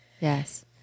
Yes